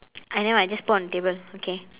I know I just put on the table okay